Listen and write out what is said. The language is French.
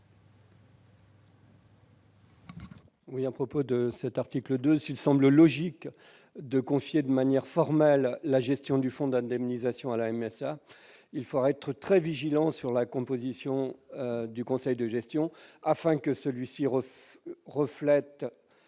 Joël Labbé, sur l'article. S'il semble logique de confier de manière formelle la gestion du fonds d'indemnisation à la MSA, il faudra être très vigilant sur la composition du conseil de gestion, afin que celui-ci soit